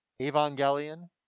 evangelion